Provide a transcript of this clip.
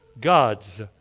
God's